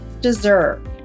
deserve